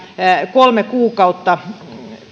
kolme kuukautta